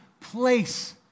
place